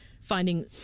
finding